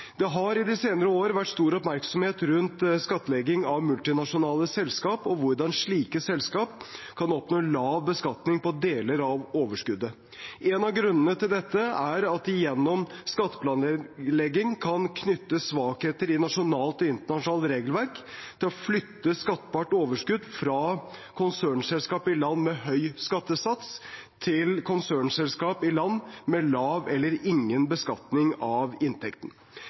Det har i de senere år vært stor oppmerksomhet rundt skattlegging av multinasjonale selskap og hvordan slike selskap kan oppnå lav beskatning på deler av overskuddet. En av grunnene til dette er at de gjennom skatteplanlegging kan utnytte svakheter i nasjonalt og internasjonalt regelverk til å flytte skattbart overskudd fra konsernselskap i land med høy skattesats til konsernselskap i land med lav eller ingen beskatning av inntekten.